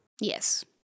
Yes